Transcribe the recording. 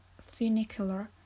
funicular